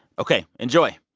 ok, enjoy